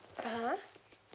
(uh huh)